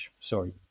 sorry